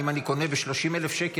אם אני קונה ב-30,000 שקל,